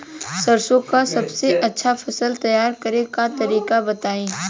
सरसों का सबसे अच्छा फसल तैयार करने का तरीका बताई